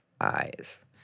eyes